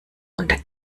unter